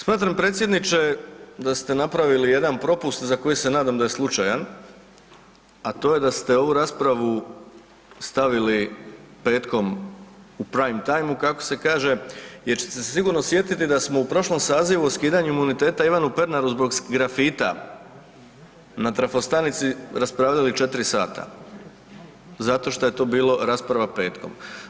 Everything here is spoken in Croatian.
Smatram predsjedniče da ste napravili jedan propust za koji se nadam da je slučajan, a to je da ste ovu raspravu stavili petkom u praim timeu kako se kaže jer ćete se sigurno sjetiti da smo u prošlom sazivu skidanje imuniteta imali u Pernaru zbog grafita na trafostanici raspravljali 4 sata, zato što je to bila rasprava petkom.